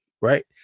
right